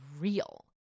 real